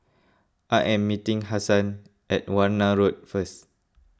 I am meeting Hassan at Warna Road first